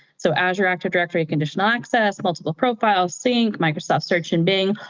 so azure active directory conditional access, multiple profiles, sync, microsoft search in bing,